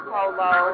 Polo